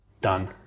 done